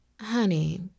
Honey